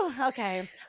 Okay